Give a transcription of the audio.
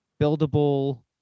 buildable